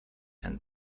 and